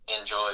enjoy